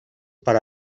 para